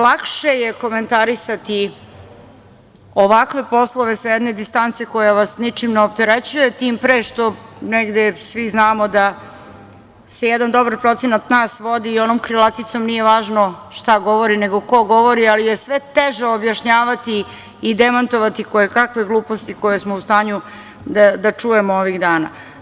Lakše je komentarisati ovakve poslove sa jedne distance koja vas ničim ne opterećuje, tim pre što negde svi znamo da se jedan dobar procenat nas vodi onom krilaticom: „Nije važno šta govori, nego ko govori“, ali je sve teže objašnjavati i demantovati kojekakve gluposti koje smo u stanju da čujemo ovih dana.